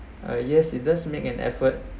uh yes it does make an effort